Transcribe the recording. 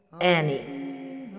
Annie